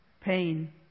pain